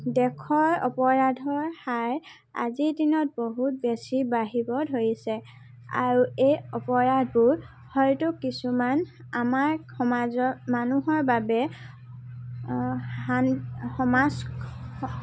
দেশৰ অপৰাধৰ হাৰ আজিৰ দিনত বহুত বেছি বাঢ়িব ধৰিছে আৰু এই অপৰাধবোৰ হয়তো কিছুমান আমাৰ সমাজৰ মানুহৰ বাবে শান্ সমাজ